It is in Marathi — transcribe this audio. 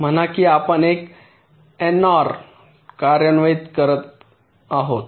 म्हणा की आपण एक एनओआर कार्यान्वित करू शकता